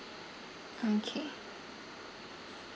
mm K